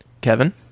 Kevin